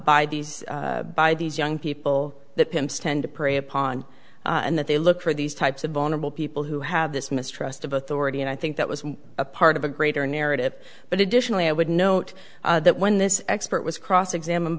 by these by these young people that pimps tend to prey upon and that they look for these types of vulnerable people who have this mistrust of authority and i think that was a part of a greater narrative but additionally i would note that when this expert was cross examined